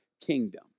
kingdom